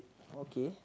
okay